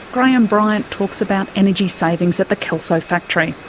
graham bryant talks about energy savings at the kelso factory.